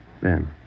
Ben